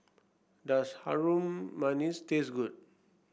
does Harum Manis taste good